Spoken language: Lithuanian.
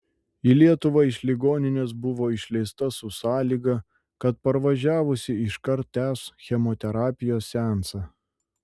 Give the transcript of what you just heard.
į lietuvą iš ligoninės buvo išleista su sąlyga kad parvažiavusi iškart tęs chemoterapijos seansą